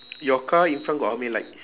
your car in front got how many lights